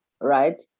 Right